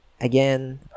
again